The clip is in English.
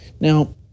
now